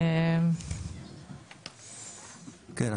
כן,